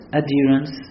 adherence